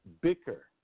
bicker